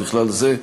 ובכלל זה: